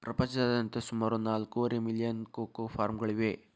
ಪ್ರಪಂಚದಾದ್ಯಂತ ಸುಮಾರು ನಾಲ್ಕೂವರೆ ಮಿಲಿಯನ್ ಕೋಕೋ ಫಾರ್ಮ್ಗಳಿವೆ